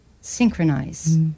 synchronize